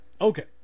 Okay